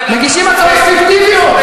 מגישים הצעות פיקטיביות,